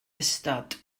ystod